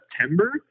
September